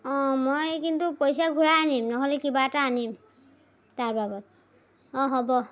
অঁ মই কিন্তু পইচা ঘূৰাই আনিম নহ'লে কিবা এটা আনিম তাৰ বাবত অঁ হ'ব